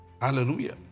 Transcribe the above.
Hallelujah